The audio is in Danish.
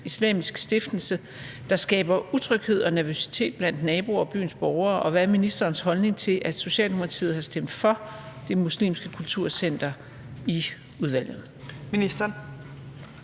Islamisk Stiftelse, der skaber utryghed og nervøsitet blandt naboer og byens borgere, og hvad er ministerens holdning til, at Socialdemokratiet har stemt for det muslimske kulturcenter i udvalget?